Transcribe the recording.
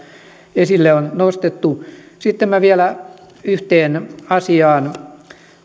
esille on nostettu sitten minä vielä yhteen asiaan